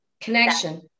Connection